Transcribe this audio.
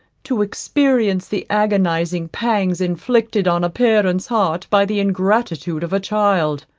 to experience the agonizing pangs inflicted on a parent's heart by the ingratitude of a child?